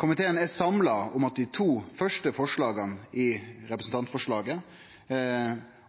Komiteen er samla om og einig i dei to første forslaga i representantforslaget